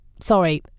Sorry